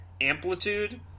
amplitude